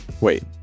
wait